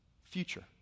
future